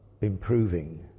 improving